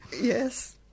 Yes